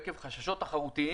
עקב חששות תחרותיים,